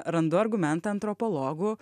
randu argumentą antropologų